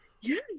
Yes